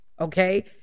okay